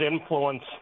influence